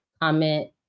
comment